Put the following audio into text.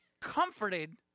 comforted